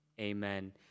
Amen